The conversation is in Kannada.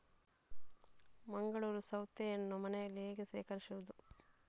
ಮಂಗಳೂರು ಸೌತೆಯನ್ನು ಮನೆಯಲ್ಲಿ ಹೇಗೆ ಶೇಖರಿಸುವುದು?